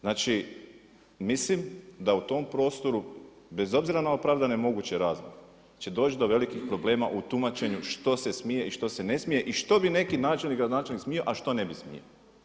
Znači mislim da u tom prostoru bez obzira na opravdane moguće razloge da će doći do velikih u tumačenju što se smije i što se ne smije i što bi neki načelnik, gradonačelnik smio a što ne bi smio.